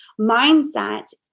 mindset